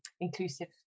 inclusive